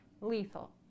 lethal